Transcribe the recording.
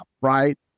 right